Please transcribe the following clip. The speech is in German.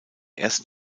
ersten